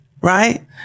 Right